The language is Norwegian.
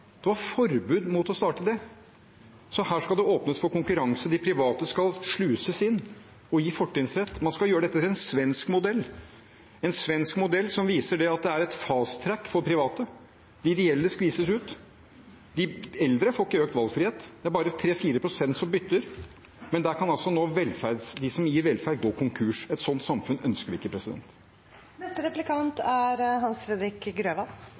Da Arbeiderpartiet fikk ansvaret i Oslo i 2015, var det forbud i Oslo mot å starte kommunale barnehager. Det er ideologiske skylapper! Det var forbud mot å starte det. Her skal det åpnes for konkurranse, de private skal sluses inn og gis fortrinnsrett. Man skal gjøre det til en svensk modell – en svensk modell som viser at det er et «fast track» for private, og de ideelle skvises ut. De eldre får ikke økt valgfrihet, det er bare 3–4 pst. som bytter. Men der kan altså nå de som gir velferd, gå konkurs.